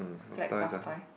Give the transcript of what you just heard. collect soft toy